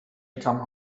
come